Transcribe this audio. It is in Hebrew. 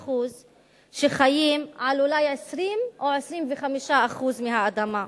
70% שחיים על אולי 20% או 25% מהאדמה.